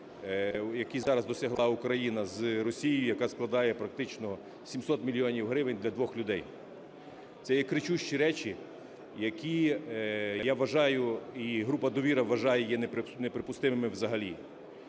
які зараз досягла Україна з Росією, яка складає практично 700 мільйонів гривень для двох людей. Це є кричущі речі, які, я вважаю і група "Довіра" вважає неприпустимими взагалі.